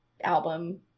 album